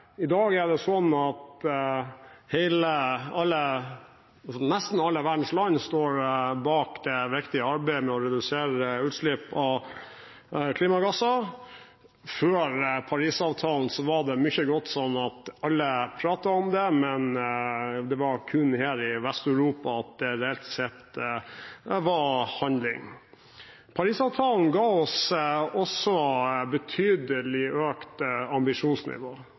sånn at nesten alle verdens land står bak det viktige arbeidet med å redusere utslipp av klimagasser. Før Paris-avtalen var det mye sånn at alle pratet om det, men det var kun her i Vest-Europa det reelt sett var handling. Paris-avtalen ga oss også et betydelig økt ambisjonsnivå.